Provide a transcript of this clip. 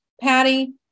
Patty